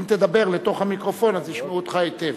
אם תדבר לתוך המיקרופון, אז ישמעו אותך היטב.